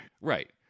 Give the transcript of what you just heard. Right